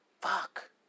fuck